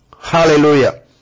Hallelujah